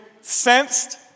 sensed